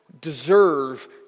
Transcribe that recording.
deserve